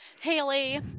Haley